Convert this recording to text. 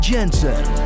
Jensen